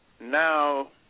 now